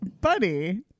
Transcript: buddy